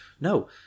No